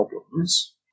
problems